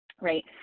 Right